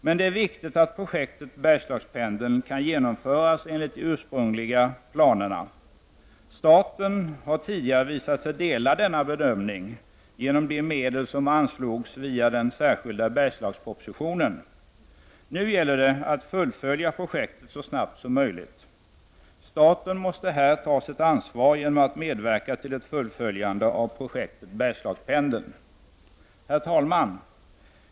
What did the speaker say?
Men det är viktigt att projektet Bergslagspendeln kan genomföras enligt de ursprungliga planerna. Staten har tidigare visat sig dela denna bedömning genom de medel som anslogs via den särskilda Bergslagspropositionen. Nu gäller det att fullfölja projektet så snabbt som möjligt. Staten måste här ta sitt ansvar genom att medverka till ett fullföljande av projektet Bergslagspendeln. Herr talman!